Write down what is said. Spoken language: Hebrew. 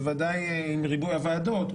בוודאי בשל ריבוי הוועדות,